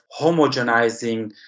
homogenizing